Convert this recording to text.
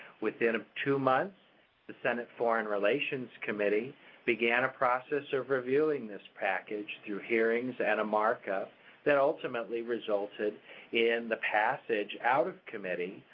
within two months the senate foreign relations committee began a process of reviewing this package through hearings and a markup that ultimately resulted in the passage out of committee,